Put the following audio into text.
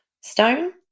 stone